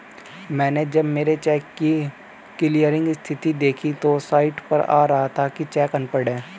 मैनें जब मेरे चेक की क्लियरिंग स्थिति देखी तो साइट पर आ रहा था कि चेक अनपढ़ है